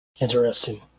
Interesting